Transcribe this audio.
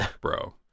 bro